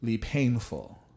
painful